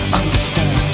understand